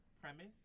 premise